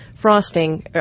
frosting